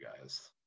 guys